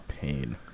pain